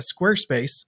Squarespace